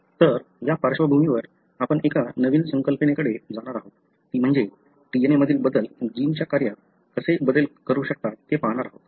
तर या पार्श्वभूमीवर आपण एका नवीन संकल्पनेकडे जाणार आहोत ती म्हणजे DNA मधील बदल जीनच्या कार्यात कसे बदल करू शकतात हे पाहणार आहोत